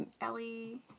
Ellie